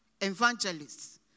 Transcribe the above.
evangelists